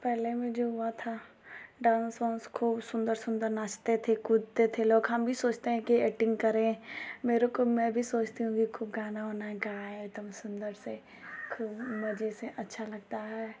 पहले मुझे हुआ था डांस वांस खूब सुंदर सुंदर नाचते थे कूदते थे लोग हम भी सोचते हैं कि एक्टिंग करें मेरे को भी मैं भी सोचती हूँ की खूब गाना उना गाये एकदम सुंदर से खूब मज़े से अच्छा लगता है